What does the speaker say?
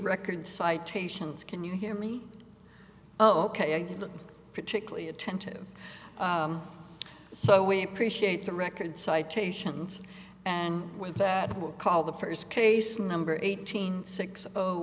record citations can you hear me ok i did look particularly attentive so we appreciate the record citations and with that will call the first case number eighteen six